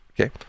Okay